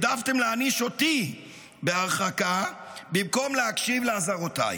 העדפתם להעניש אותי בהרחקה במקום להקשיב לאזהרותיי.